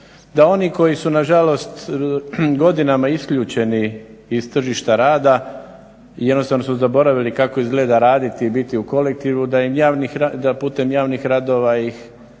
da oni koji su nažalost godinama isključeni iz tržišta rada i jednostavno su zaboravili kako izgleda raditi i biti u kolektivu da putem javnih radova ih